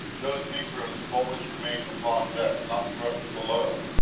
those negroes have always remained upon deck not thrust below,